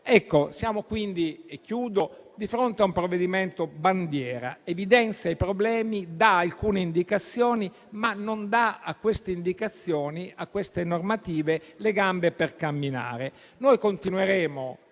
siamo quindi di fronte a un provvedimento bandiera, che evidenzia i problemi, dà alcune indicazioni, ma non dà a tali indicazioni, a queste normative, le gambe per camminare.